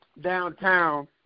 downtown